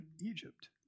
Egypt